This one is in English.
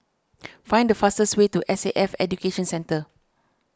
find the fastest way to S A F Education Centre